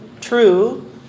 true